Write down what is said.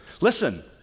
Listen